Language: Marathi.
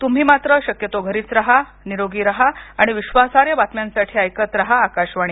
तुम्ही मात्र शक्यतो घरीच रहानिरोगी रहा आणि विश्वासार्ह बातम्यांसाठी ऐकत रहा आकाशवाणी